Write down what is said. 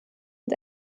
mit